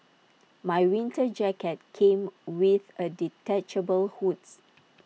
my winter jacket came with A detachable hoods